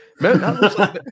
Remember